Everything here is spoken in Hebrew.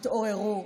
התעוררו,